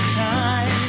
time